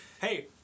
hey